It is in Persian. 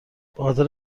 خاطر